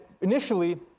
initially